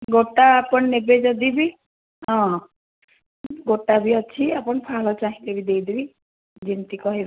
ଗୋଟା ଆପଣ ନେବେ ଯଦି ବି ହଁ ହଁ ଗୋଟା ବି ଅଛି ଆପଣ ଫାଳ ଚାହିଁଲେ ବି ଦେଇଦେବି ଯେମିତି କହିବେ